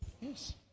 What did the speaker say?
Yes